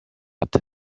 hat